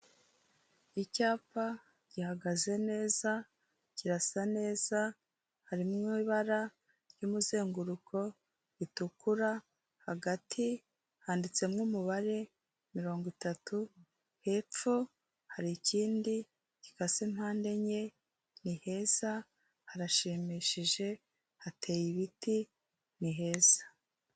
Icyapa gihagaze neza, kirasa neza, hari ibara ry'umuzenguruko ritukura, hagati handitsemo umubare mirongo itatu, hepfo hari ikindi gikase impande enye, ni heza harashimishije, hateye ibiti, ni heza.